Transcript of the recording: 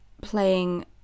playing